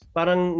Parang